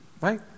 Right